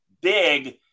big –